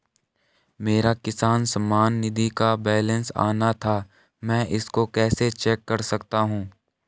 मेरा किसान सम्मान निधि का बैलेंस आना था मैं इसको कैसे चेक कर सकता हूँ?